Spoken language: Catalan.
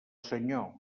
senyor